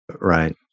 Right